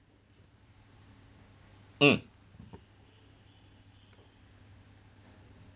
mm